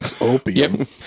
Opium